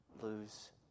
lose